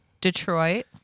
Detroit